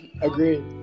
agreed